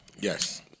yes